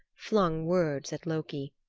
flung words at loki.